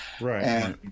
Right